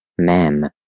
même